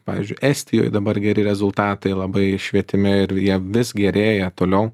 pavyzdžiui estijoj dabar geri rezultatai labai švietime ir jie vis gerėja toliau